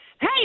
Hey